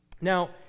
Now